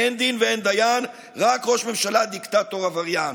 אין דין ואין דיין, רק ראש ממשלה דיקטטור עבריין.